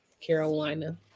Carolina